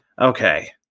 Okay